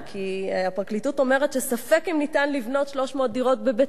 כי הפרקליטות אומרת שספק אם ניתן לבנות 300 דירות בבית-אל,